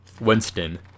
Winston